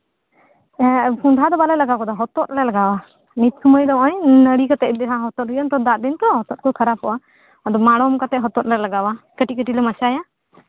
ᱚ ᱠᱚᱸᱰᱷᱟ ᱫᱚ ᱵᱟᱞᱮ ᱞᱟᱜᱟᱣ ᱠᱟᱫᱟ ᱦᱚᱛᱚᱛ ᱞᱮ ᱞᱟᱜᱟᱣ ᱟᱠᱟᱫᱟ ᱩᱱ ᱥᱚᱢᱚᱭ ᱫᱚ ᱱᱚᱜᱼᱚᱭ ᱱᱟᱲᱤ ᱠᱟᱛᱮ ᱫᱟᱜ ᱫᱤᱱ ᱛᱚ ᱦᱚᱛᱚᱫ ᱠᱚ ᱠᱷᱟᱨᱟᱯᱚᱜᱼᱟ ᱟᱫᱚ ᱢᱟᱲᱚᱢ ᱠᱟᱛᱮ ᱦᱟᱛᱟᱛ ᱞᱮ ᱞᱟᱜᱟᱣᱟ ᱠᱟᱹᱴᱤᱡ ᱠᱟᱹᱴᱤᱡ ᱞᱮ ᱦᱟᱥᱟᱭᱟ